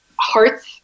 hearts